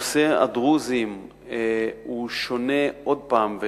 נושא הדרוזים הוא שונה, עוד פעם,